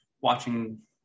watching